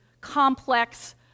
complex